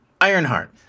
Ironheart